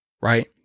right